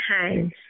times